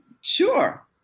sure